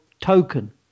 token